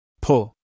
Pull